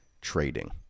trading